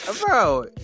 bro